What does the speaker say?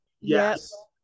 Yes